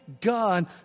God